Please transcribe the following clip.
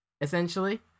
essentially